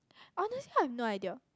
honestly I have no idea